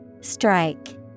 Strike